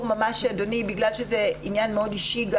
עניין מאוד אישי.